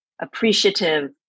appreciative